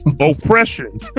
Oppression